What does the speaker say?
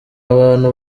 abantu